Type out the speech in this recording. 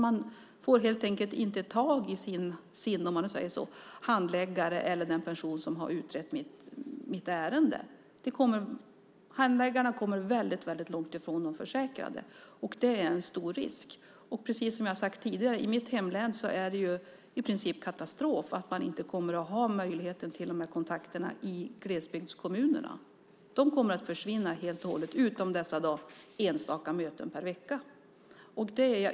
Man får helt enkelt inte tag i sin handläggare eller den person som har utrett ens ärende. Handläggarna kommer väldigt långt från de försäkrade. Det är en stor risk. Precis som jag har sagt tidigare är det i mitt hemlän i princip katastrof. Man kommer inte att ha möjligheten till de här kontakterna i glesbygdskommunerna. De kommer att försvinna helt och hållet utom dessa enstaka möten per vecka.